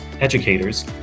educators